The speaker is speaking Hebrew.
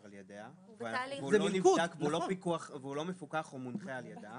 על ידיה והוא לא מפוקח או מונחה על ידה.